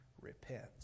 Repent